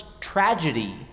tragedy